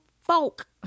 folk